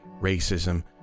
racism